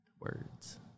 Words